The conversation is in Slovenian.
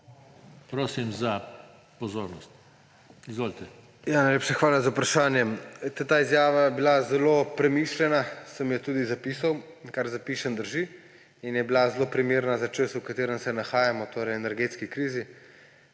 Prosim za pozornost. Izvolite.